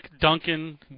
Duncan